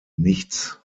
nichts